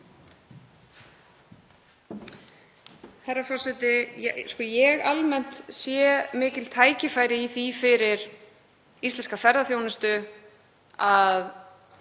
Herra forseti. Ég sé almennt mikil tækifæri í því fyrir íslenska ferðaþjónustu að